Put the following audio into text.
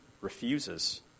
refuses